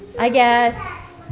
i guess.